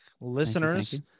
listeners